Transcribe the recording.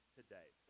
today